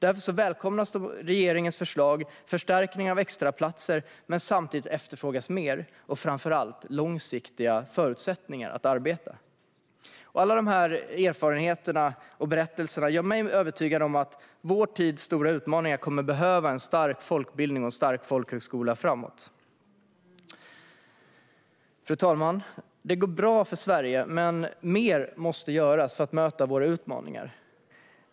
Därför välkomnas regeringens förslag om förstärkning av extraplatser, men samtidigt efterfrågas mer och framför allt långsiktiga förutsättningar att arbeta. Alla dessa erfarenheter och berättelser gör mig övertygad om att vår tids stora utmaningar kommer att behöva en stark folkbildning och en stark folkhögskola i framtiden. Fru talman! Det går bra för Sverige, men mer måste göras för att möta våra utmaningar.